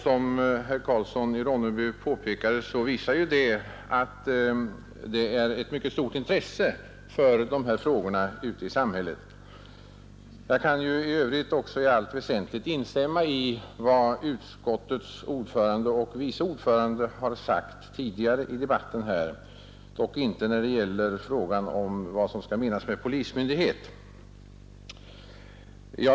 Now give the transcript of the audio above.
Som herr Karlsson i Ronneby påpekade visar detta att det är ett mycket stort intresse för dessa frågor i samhället. Jag kan i övrigt i allt väsentligt instämma i vad utskottets ordförande och vice ordförande tidigare har sagt i debatten här, dock inte när det gäller frågan om vad som skall menas med polismyndighet.